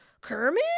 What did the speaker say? Kermit